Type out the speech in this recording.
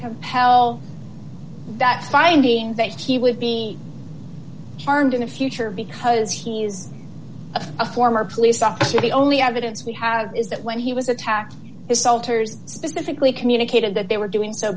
compel that finding based he would be charged in the future because he is a former police officer the only evidence we have is that when he was attacked this alters specifically communicated that they were doing so